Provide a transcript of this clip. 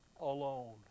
alone